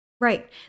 Right